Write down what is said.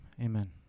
amen